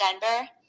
Denver